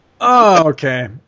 Okay